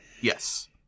Yes